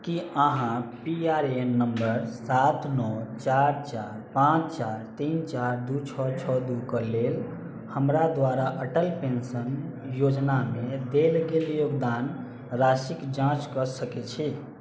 की अहाँ P R A N number सात नओ चारि पांँच चारि तीन चारि दू छओ छओ दू कऽ लेल हमरा द्वारा अटल पेंशन योजनामे देल गेल योगदान राशिक जाँच कऽ सकैत छी